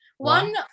one